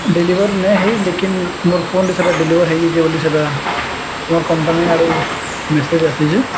deliver ନାଇଁ ହେଇ ଲେକିନ୍ ମୋର ଫୋନ୍ଟି ସେଟା ଡିଲିଭର ହେଇଯଛେ ବୋଲି ସେଟା ମୋର୍ କମ୍ପାନୀ ଆଡ଼ୁ ମେସେଜ ଆସିଛି